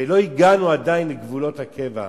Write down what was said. ולא הגענו עדיין לגבולות הקבע,